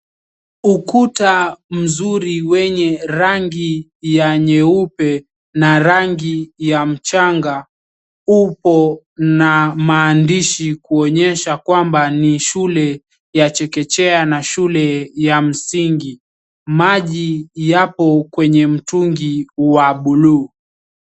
Ukuta mzuri wenye rangi ya nyeupe na rangi ya mchanga, upo na maandishi kuonyesha kwamba ni shule ya chekechea na shule ya msingi. Maji yapo kwenye mtungi wa buluu.